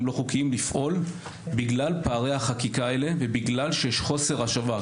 לא חוקיים לפעול בגלל פערי החקיקה האלה ובגלל שיש חוסר השבה.